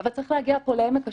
אבל צריך להגיע פה לעמק השווה.